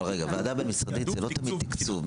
ועדה בין-משרדית זה לא תמיד תקצוב.